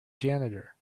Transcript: janitor